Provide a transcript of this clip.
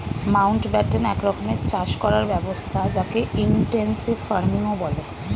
Mountbatten এক রকমের চাষ করার ব্যবস্থা যকে ইনটেনসিভ ফার্মিংও বলে